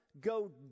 go